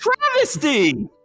travesty